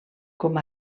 com